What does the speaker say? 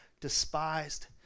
despised